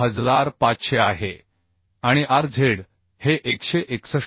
हे 3500 आहे आणि Rz हे 161